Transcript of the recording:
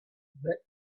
that